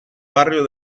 barrio